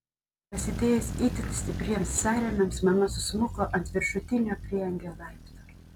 prasidėjus itin stipriems sąrėmiams mama susmuko ant viršutinio prieangio laipto